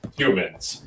humans